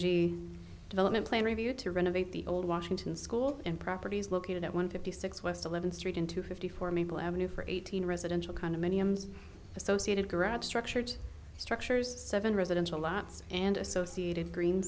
ok development plan review to renovate the old washington school and properties located at one fifty six west eleven street into fifty four maple avenue for eighteen residential condominiums associated gerad structured structures seven residential lots and associated green